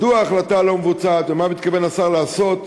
מדוע ההחלטה לא מבוצעת, ומה מתכוון השר לעשות,